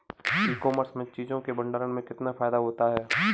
ई commerce में चीज़ों के भंडारण में कितना फायदा होता है?